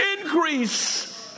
increase